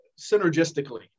synergistically